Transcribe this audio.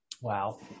Wow